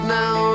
now